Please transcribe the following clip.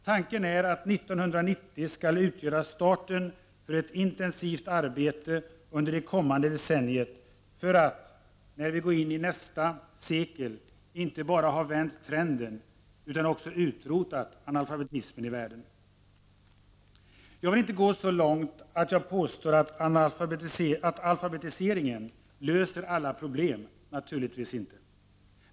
Tanken är att 1990 skall utgöra starten för ett intensivt arbete under det kommande decenniet för att, när vi går in i nästa sekel inte bara ha vänt trenden utan också utrotat analfabetismen i världen. Jag vill inte gå så långt att jag påstår att alfabetiseringen löser alla problem; det gör den naturligtvis inte.